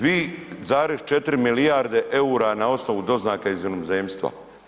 2,4 milijarde eura na osnovu doznaka iz inozemstva.